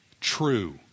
true